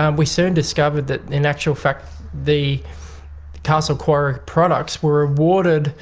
um we soon discovered that in actual fact the castle quarry products were awarded